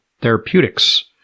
Therapeutics